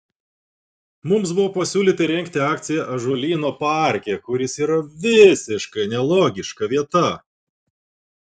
mums buvo pasiūlyta rengti akciją ąžuolyno parke kuris yra visiškai nelogiška vieta